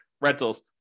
rentals